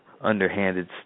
underhanded